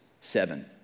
Seven